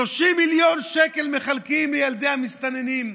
מחלקים 30 מיליון שקל לילדי המסתננים,